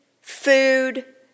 food